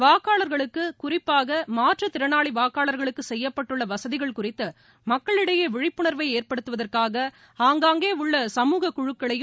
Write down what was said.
வாக்காளர்களுக்குகுறிப்பாகமாற்றுத்திறனாளிவாக்காளர்களுக்குசெய்யப்பட்டுள்ளவசதிகள் குறித்துமக்களிடையேவிழிப்புனர்வைஏற்படுத்துவதற்காக ஆங்காங்கேஉள்ள சமூக குழுக்களையும்